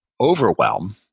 overwhelm